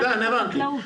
עידן, הבנתי.